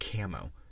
camo